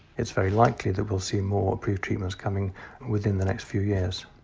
it's very likely that we'll see more approved treatments coming within the next few years